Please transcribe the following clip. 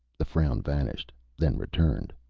the frown vanished, then returned.